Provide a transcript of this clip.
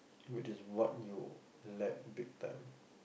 which is what you lack big time